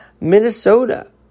Minnesota